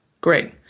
Great